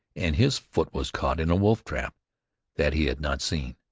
and his foot was caught in a wolf-trap that he had not seen.